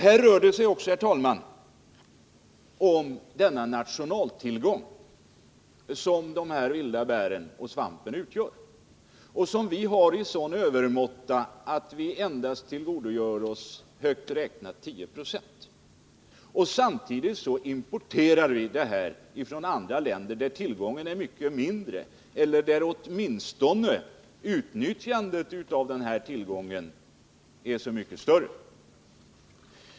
Det rör sig här också om den nationaltillgång som de vilda bären och svampen utgör och som vi har till sådant övermått att vi endast kan tillgodogöra oss högt räknat 10 26. Samtidigt importerar vi bär och svamp från andra länder där tillgången är mycket mindre, men där utnyttjandet av tillgången är så mycket större.